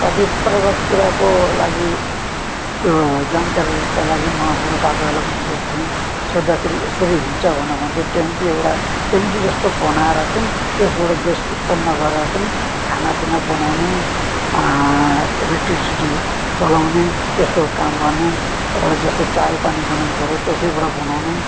कति प्रकार कुराको लागि त्यो जानकारीका लागि म बुढापाकाहरूलाई पनि सोध्थेँ सोध्दाखेरि यसरी हुन्छ भन्थे टेङ्की एउटा टेङ्की जस्तो बनाएर चाहिँ त्यसबाट ग्यास उत्पन्न गरेर चाहिँ खानापिना बनाउने इलेक्ट्रिसिटी चलाउने यस्तो काम गर्ने जस्तो चायपानी बनाउनु पऱ्यो त्यसैबाट बनाउने